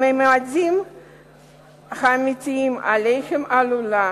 הממדים האמיתיים שאליהם עלולה